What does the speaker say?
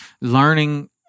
learning